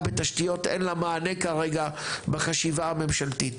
בתשתיות אין לה מענה כרגע בחשיבה הממשלתית.